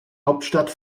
hauptstadt